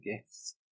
gifts